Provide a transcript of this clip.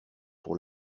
pour